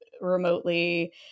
remotely